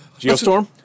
Geostorm